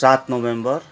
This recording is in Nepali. सात नोभेम्बर